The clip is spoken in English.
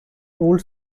old